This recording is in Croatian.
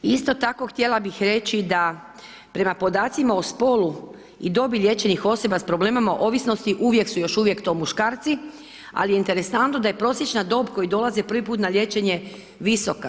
I isto tako htjela bih reći da prema podacima o spolu i dobi liječenih osoba sa problemima ovisnosti uvijek su, još uvijek to muškarci ali je interesantno da je prosječna dob koji dolaze prvi put na liječenje visoka.